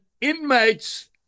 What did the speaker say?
inmates